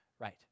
right